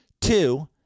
Two